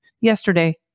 Yesterday